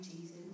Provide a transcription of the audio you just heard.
Jesus